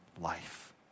life